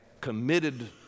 committed